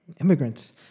immigrants